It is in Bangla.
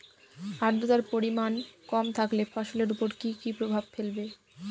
আদ্রর্তার পরিমান কম থাকলে ফসলের উপর কি কি প্রভাব ফেলবে?